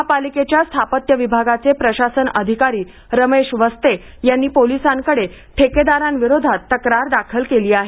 महापालिकेच्या स्थापत्य विभागाचे प्रशासन अधिकारी रमेश वसते यांनी पोलिसांकडे ठेकेदारांविरोधात तक्रार दाखल केली आहे